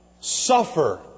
Suffer